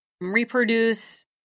reproduce